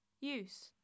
Use